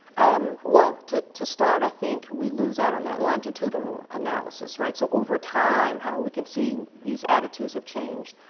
um well, to to start, i think we lose out on that longitudinal analysis, right. so over time how we can see these attitudes have changed.